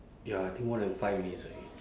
ya I think more than five minutes already